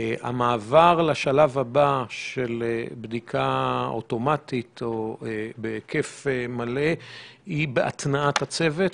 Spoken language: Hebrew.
האם המעבר לשלב של בדיקה אוטומטית או בהיקף מלא היא בהתנעת הצוות?